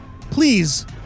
Please